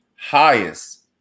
highest